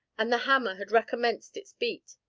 and the hammer had recommenced its beat,